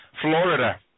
Florida